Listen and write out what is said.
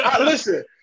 Listen